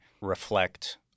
reflect